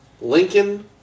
Lincoln